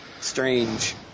Strange